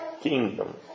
kingdom